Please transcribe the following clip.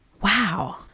Wow